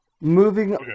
moving